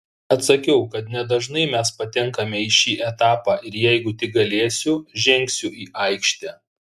atsakiau kad nedažnai mes patenkame į šį etapą ir jeigu tik galėsiu žengsiu į aikštę